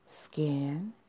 skin